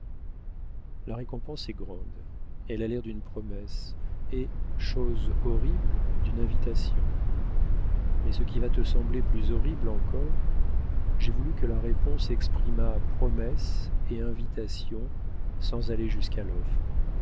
la récompense est grande elle a l'air d'une promesse et chose horrible d'une invitation mais ce qui va te sembler plus horrible encore j'ai voulu que la récompense exprimât promesse et invitation sans aller jusqu'à l'offre